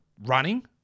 running